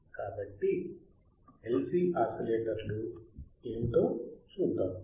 కాబట్టి LC ఓసిలేటర్లు ఏమిటో చూద్దాం